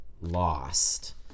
lost